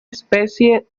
especie